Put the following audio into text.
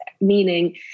Meaning